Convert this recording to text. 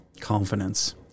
confidence